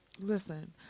Listen